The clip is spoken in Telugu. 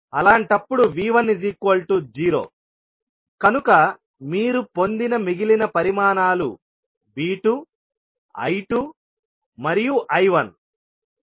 అలాంటప్పుడు V10 కనుక మీరు పొందిన మిగిలిన పరిమాణాలు V2 I2 మరియు I1